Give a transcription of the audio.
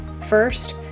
First